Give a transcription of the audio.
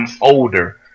older